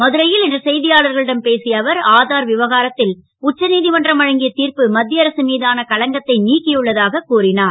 மதுரை ல் இன்று செ யாளர்களிடம் பேசிய அவர் ஆதார் விவகாரத் ல் உச்சநீ மன்றம் வழங்கிய திர்ப்பு மத் ய அரசு மீதான களங்கத்தை நீக்கியுள்ளதாக கூறினார்